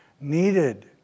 needed